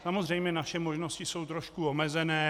Samozřejmě naše možnosti jsou trošku omezené.